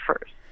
first